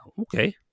Okay